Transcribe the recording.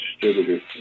Distributor